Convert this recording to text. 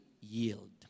yield